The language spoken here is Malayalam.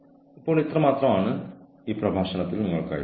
കൂടാതെ അത് മറികടക്കാൻ ജീവനക്കാരനെ പിന്തുണയ്ക്കണം